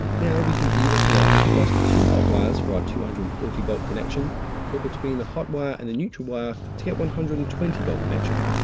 now, we can either connect across the two hot wires for our two hundred and forty volt connection or between the hot wire and the neutral wire to get one hundred and twenty volt connection.